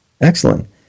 excellent